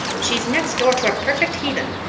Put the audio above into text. she's next door to a perfect heathen.